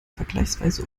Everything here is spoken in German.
vergleichsweise